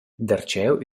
darcheu